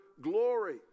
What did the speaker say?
glory